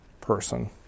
person